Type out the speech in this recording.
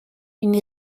une